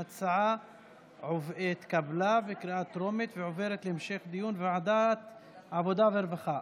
ההצעה התקבלה בקריאה טרומית ועוברת להמשך הדיון בוועדת העבודה והרווחה.